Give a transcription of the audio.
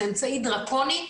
זה אמצעי דרקוני,